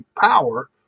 power